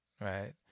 Right